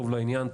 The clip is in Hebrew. טוב לעניין,